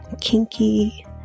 kinky